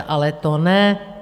Ale to ne.